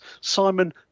Simon